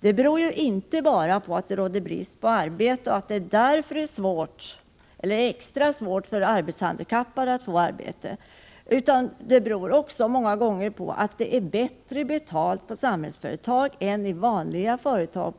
Det beror inte bara på att det råder brist på arbeten och att det därför är extra svårt för de arbetshandikappade att få arbete, utan det beror också på att det många gånger är bättre betalt på Samhällsföretag än i vanliga företag.